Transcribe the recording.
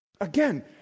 Again